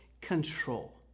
control